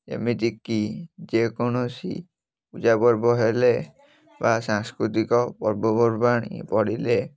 ଏମିତିକି ଯେକୌଣସି ପୂଜା ପର୍ବ ହେଲେ ବା ସାଂସ୍କୃତିକ ପର୍ବପର୍ବାଣି ପଡ଼ିଲେ